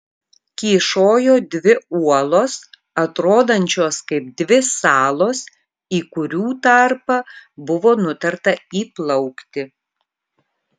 kyšojo dvi uolos atrodančios kaip dvi salos į kurių tarpą buvo nutarta įplaukti